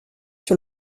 sur